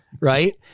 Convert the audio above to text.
right